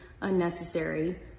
unnecessary